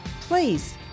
Please